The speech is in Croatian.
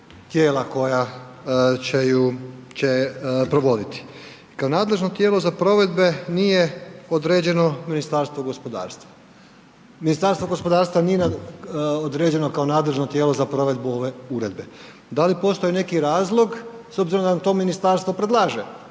zakona o provedbi ove uredbe utvrđena su tijela koja će je provoditi. Ministarstvo gospodarstva nije određeno kao nadležno tijelo za provedbu ove uredbe, da li postoji neki razlog s obzirom da nam to ministarstvo predlaže